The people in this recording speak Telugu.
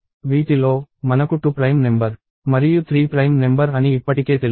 వీటిలో మనకు 2 ప్రైమ్ నెంబర్ మరియు 3 ప్రైమ్ నెంబర్ అని ఇప్పటికే తెలుసు